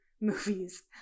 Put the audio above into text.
movies